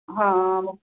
ਹਾਂ